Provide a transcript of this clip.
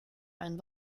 einen